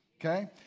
Okay